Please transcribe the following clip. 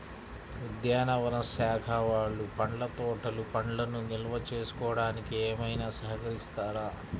ఉద్యానవన శాఖ వాళ్ళు పండ్ల తోటలు పండ్లను నిల్వ చేసుకోవడానికి ఏమైనా సహకరిస్తారా?